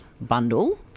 bundle